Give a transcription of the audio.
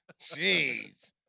Jeez